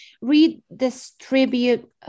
redistribute